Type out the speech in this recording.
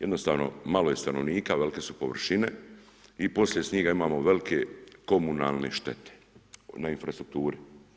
Jednostavno malo je stanovnika, velike su površine i poslije snijega imamo velike komunalne štete na infrastrukturi.